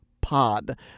pod